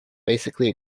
basically